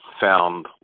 found